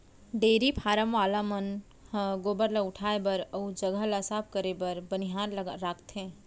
dairy farm वाला मन ह गोबर ल उठाए बर अउ जघा ल साफ करे बर बनिहार राखथें